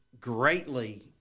greatly